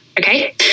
Okay